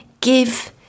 give